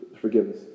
forgiveness